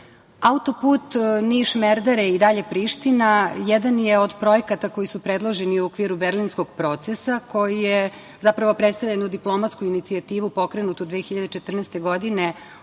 cilju. Autoput Niš-Merdare je, i dalje Priština, jedan je od projekata koji su predloženi u okviru Berlinskog procesa koji je, zapravo, predstavljen u diplomatsku inicijativu pokrenutu 2014. godine od